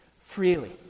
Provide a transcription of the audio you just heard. freely